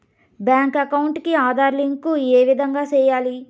Bank account కి Aadhaar link ఏ విధంగా సెయ్యాలి?